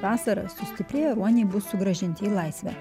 vasarą sustiprėję ruoniai bus sugrąžinti į laisvę